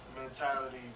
mentality